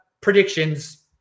predictions